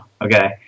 Okay